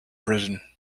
prison